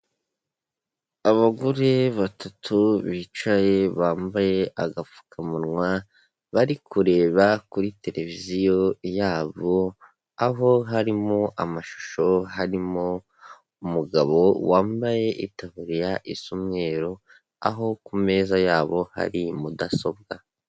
Abagore batatu bicaye bambaye agapfukamunwa, bari kureba kuri televiziyo yabo, aho harimo amashusho, harimo umugabo wambaye itaburiya isa umweru, aho ku meza yabo hari mudasobwa.